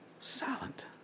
silent